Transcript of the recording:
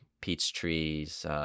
Peachtree's